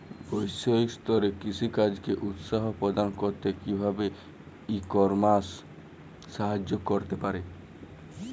বৈষয়িক স্তরে কৃষিকাজকে উৎসাহ প্রদান করতে কিভাবে ই কমার্স সাহায্য করতে পারে?